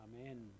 Amen